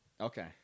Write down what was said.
Okay